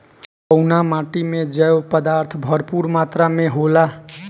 कउना माटी मे जैव पदार्थ भरपूर मात्रा में होला?